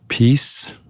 Peace